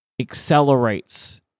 accelerates